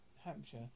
Hampshire